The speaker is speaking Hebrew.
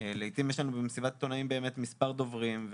לעיתים יש לנו במסיבת עיתונאים מספר דוברים,